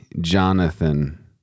jonathan